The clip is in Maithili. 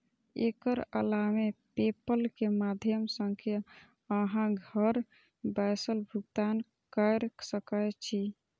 एकर अलावे पेपल के माध्यम सं अहां घर बैसल भुगतान कैर सकै छी